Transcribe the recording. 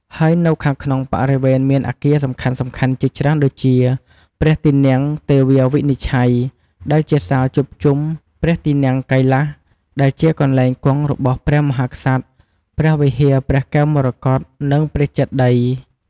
ហើយនៅខាងក្នុងបរិវេណមានអគារសំខាន់ៗជាច្រើនដូចជា ព្រះទីនាំងទេវាវិនិច្ឆ័យ ដែលជាសាលជួបជុំ ព្រះទីនាំងកៃលាស ដែលជាកន្លែងគង់របស់ព្រះមហាក្សត្រ ព្រះវិហារព្រះកែវមរកត និងព្រះចេតិយ។